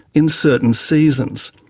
in certain seasons.